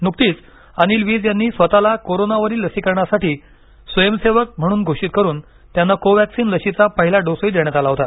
नुकतीच अनिल वीज यांनी स्वतःला कोरोनावरील लसीकरणासाठी स्वयंसेवक म्हणून घोषित करून त्यांना कोवक्सीन लशीचा पहिला डोसही देण्यात आला होता